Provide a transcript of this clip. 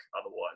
otherwise